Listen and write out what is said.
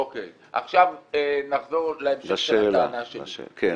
עכשיו נחזור להמשך של הטענה שלי.